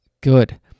good